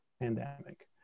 pandemic